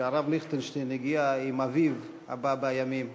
כשהרב ליכטנשטיין הגיע עם אביו הבא-בימים,